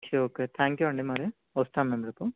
okay okay thank you అండి మరీ వస్తాము మేము రేపు